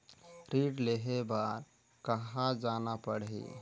ऋण लेहे बार कहा जाना पड़ही?